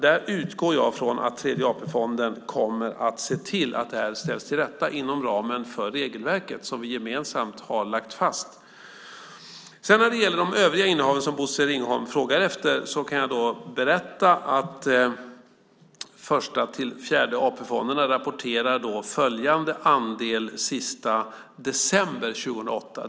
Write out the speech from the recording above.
Jag utgår från att Tredje AP-fonden kommer att se till att detta ställs till rätta inom ramen för det regelverk som vi gemensamt har lagt fast. När det gäller de övriga innehaven som Bosse Ringholm frågar efter kan jag berätta att Första, Andra och Fjärde AP-fonderna rapporterade följande andel den 31 december 2008.